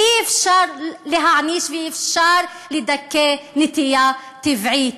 ואי-אפשר להעניש ואי-אפשר לדכא נטייה טבעית.